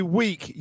week